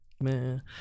man